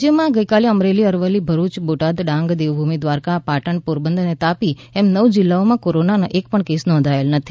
રાજયમાં આજે અમરેલી અરવલ્લી ભરૃચ બોટાદ ડાંગ દેવભૂમિ ધ્વારકા પાટણ પોરબંદર અને તાપી એમ નવ જીલ્લાઓમાં કોરોનાનો એક પણ કેસ નોંધાયેલ નથી